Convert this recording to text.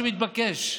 זה דבר שמתבקש.